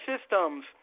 systems